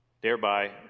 thereby